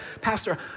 Pastor